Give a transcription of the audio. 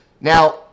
Now